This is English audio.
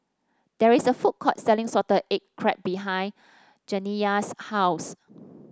there is a food court selling Salted Egg Crab behind Janiya's house